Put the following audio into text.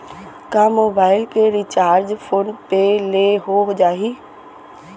का मोबाइल के recharge phone पे ले हो जाही?